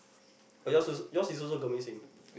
oh yours also yours is also Gurmit-Singh